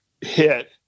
hit